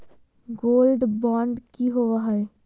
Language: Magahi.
गोल्ड बॉन्ड की होबो है?